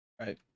Right